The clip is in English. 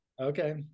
Okay